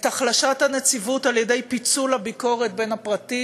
את החלשת הנציבות על-ידי פיצול הביקורת בין הפרטית,